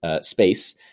space